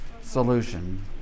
solution